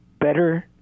Better